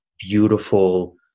beautiful